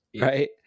right